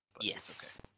yes